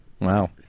Wow